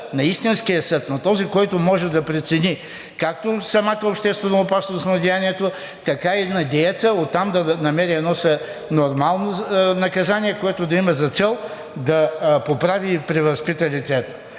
на истинския съд, на този, който може да прецени както самата обществена опасност на деянието, така и на дееца, оттам да намери едно нормално наказание, което да има за цел да поправи и превъзпита лицето.